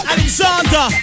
Alexander